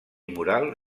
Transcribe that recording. moral